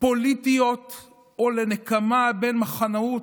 פוליטיות או לנקמה בין מחנות,